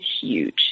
huge